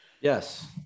Yes